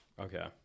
Okay